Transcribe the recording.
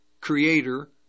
Creator